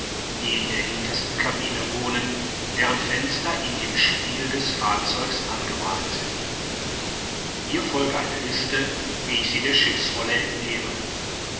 die in der hintersten cabine wohnen deren fenster in dem spiegel des fahrzeugs angebracht sind hier folge eine liste wie ich sie der schiffsrolle entnehme